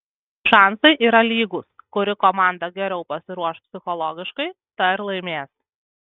šansai yra lygūs kuri komanda geriau pasiruoš psichologiškai ta ir laimės